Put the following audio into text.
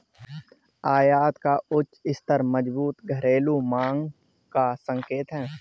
आयात का उच्च स्तर मजबूत घरेलू मांग का संकेत है